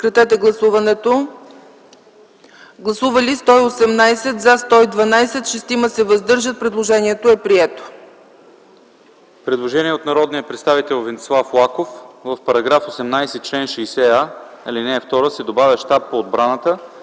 Предложението е прието.